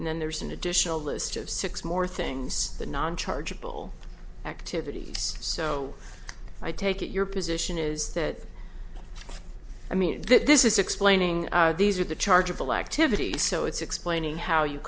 and then there's an additional list of six more things than non chargeable activities so i take it your position is that i mean that this is explaining these are the chargeable activities so it's explaining how you